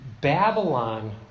Babylon